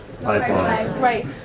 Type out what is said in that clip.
Right